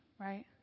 right